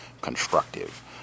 constructive